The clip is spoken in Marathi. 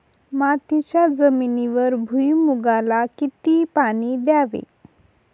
मातीच्या जमिनीवर भुईमूगाला किती पाणी द्यावे?